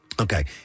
Okay